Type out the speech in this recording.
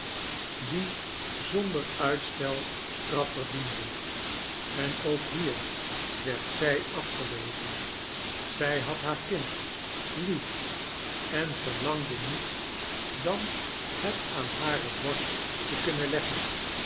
die zonder uitstel straf verdiienden en ook hier werd zij afgewezen zij had haar kind lief en veirlangde niets dan het aan hare borst te kunnen leggen